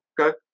Okay